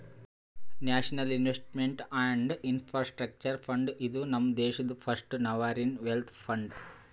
national investment and infrastructure fund, ಇದು ನಮ್ ದೇಶಾದು ಫಸ್ಟ್ ಸಾವರಿನ್ ವೆಲ್ತ್ ಫಂಡ್